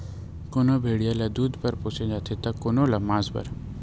कोनो भेड़िया ल दूद बर पोसे जाथे त कोनो ल मांस बर